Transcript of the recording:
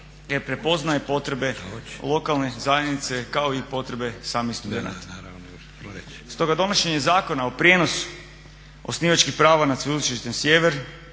jer prepoznaje potrebe lokalne zajednice kao i potrebe samih studenata. Stoga donošenje Zakona o prijenosu osnivačkih prava nad Sveučilištem Sjever